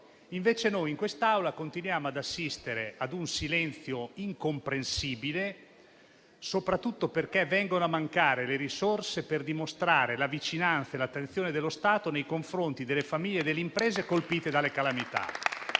Invece, in quest'Aula, continuiamo ad assistere ad un silenzio incomprensibile, soprattutto perché vengono a mancare le risorse per dimostrare la vicinanza e l'attenzione dello Stato nei confronti delle famiglie e delle imprese colpite dalle calamità.